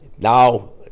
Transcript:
Now